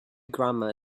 grandma